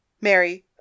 Mary